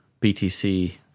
BTC